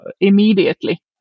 immediately